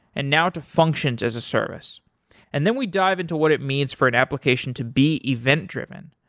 and now to functions as a service and then we dive into what it means for an application to be event-driven.